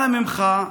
אנא ממך,